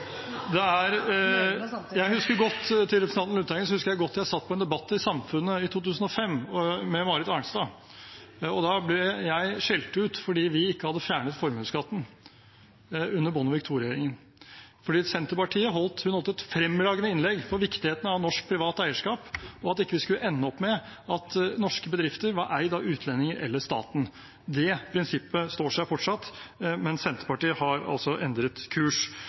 Til representanten Lundteigen: Jeg husker godt at jeg satt på en debatt i Samfundet i 2005 med Marit Arnstad, og da ble jeg skjelt ut fordi vi ikke hadde fjernet formuesskatten under Bondevik II-regjeringen. Hun holdt et fremragende innlegg om viktigheten av norsk privat eierskap, og at vi ikke skulle ende opp med at norske bedrifter var eid av utlendinger eller staten. Det prinsippet står seg fortsatt, men Senterpartiet har altså endret kurs.